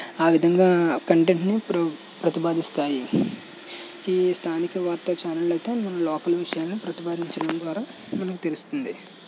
ఆ విధంగా కంటెంట్ని ప్రతిపాదిస్తాయి ఈ స్థానిక వార్తా ఛానళ్ళతో మన లోకల్ విషయాలను ప్రతిపాదించడం ద్వారా మనకి తెలుస్తుంది